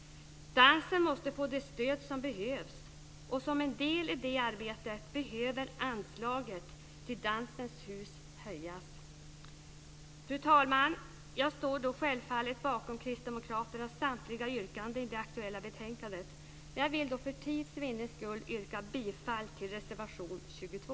Dansen måste få det stöd som behövs. Som en del i det arbetet behöver anslaget till Dansens hus höjas. Fru talman! Jag står självfallet bakom Kristdemokraternas samtliga yrkanden i det aktuella betänkandet, men för tids vinnande vill jag yrka bifall till reservation 22.